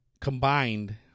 combined